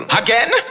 Again